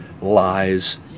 lies